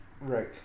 Right